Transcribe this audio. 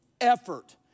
Effort